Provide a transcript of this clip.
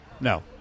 no